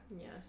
Yes